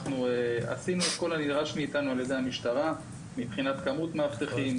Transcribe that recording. עשינו את כל הנדרש מאיתנו על-ידי המשטרה מבחינת כמות מאבטחים,